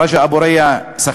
רג'א אבו ריא מסח'נין,